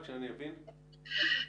כלומר,